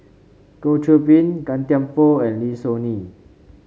Goh Qiu Bin Gan Thiam Poh and Lim Soo Ngee